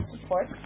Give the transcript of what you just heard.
support